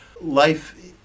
life